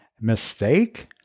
mistake